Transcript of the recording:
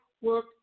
work